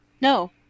No